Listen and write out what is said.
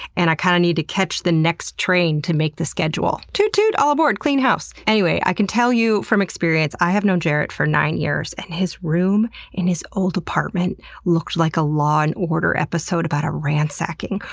and i kind of need to catch the next train to make the schedule. toot-toot! all aboard! clean house. anyway, i can tell you from experience i have known jarrett for nine years, and his room in his old apartment looked like a law and order episode about a ransacking,